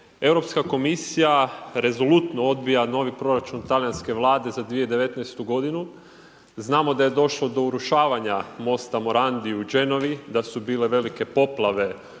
Europska komisija rezolutno odbija novi proračun talijanske Vlade za 2019. godinu. Znamo da je došlo do urušavanja mosta Morandi u Genovi, da su bile velike poplave